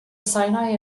sinai